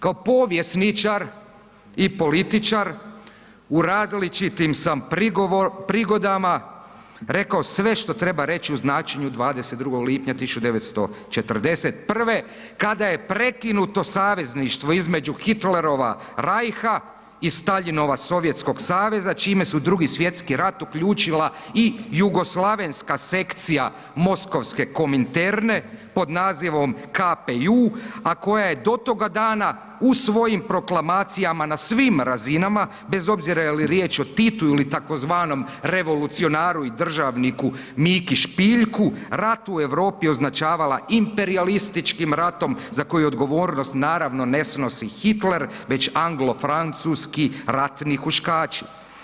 Kao povjesničar i političar u različitim sam prigodama rekao sve što treba reći o značenju 22. lipnja 1941. kad je prekinuto savezništvo između Hitlerova Reicha i Staljinova Sovjetskog saveza čime su Drugi svjetski rat uključila i jugoslavenska sekcija moskovske Kominterne pod nazivom KPJ-u, a koja je do toga dana u svojim proklamacijama na svim razinama, bez obzira jeli riječ o Titu ili tzv. revolucionaru i državniku Miki Špiljku rat u Europi označavala imperijalističkim ratom za koju odgovornost naravno ne snosi Hitler već anglofrancuski ratni huškači.